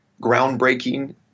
groundbreaking